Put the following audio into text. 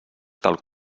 del